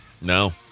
No